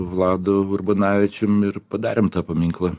vladu urbanavičium ir padarėm tą paminklą